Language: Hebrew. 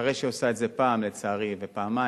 ואחרי שהיא עושה את זה פעם, לצערי, ופעמיים,